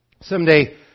someday